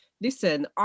listen